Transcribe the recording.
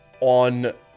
on